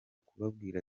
kubabwira